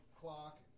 clock